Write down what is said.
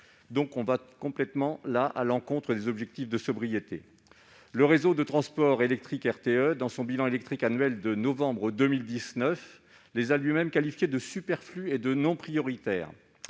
donc complètement à l'encontre des objectifs de sobriété. Le Réseau de transport électrique, RTE, dans son bilan annuel de novembre 2019, les a lui-même qualifiés de « superflus » et de « non prioritaires